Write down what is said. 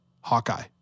Hawkeye